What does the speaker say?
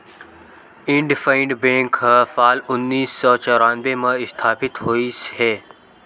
IndusInd bank ह साल उन्नीस सौ चैरानबे म इस्थापित होइस हे